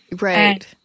Right